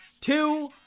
two